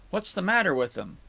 what's the matter with them?